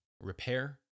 repair